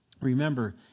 remember